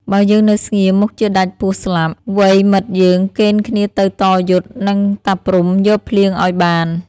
បើយើងនៅស្ងៀមមុខជាដាច់ពោះស្លាប់ វ៉ិយមិត្តយើងកេណ្ឌគ្នាទៅតយុទ្ធ និងតាព្រហ្មយកភ្លៀងឱ្យបាន។